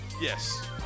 yes